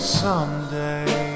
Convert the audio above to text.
someday